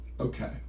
Okay